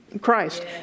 Christ